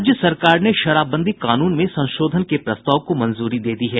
राज्य सरकार ने शराबबंदी कानून में संशोधन के प्रस्ताव को मंजूरी दे दी है